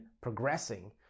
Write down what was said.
progressing